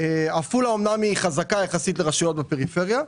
עפולה אומנם חזקה יחסית לרשויות בפריפריה,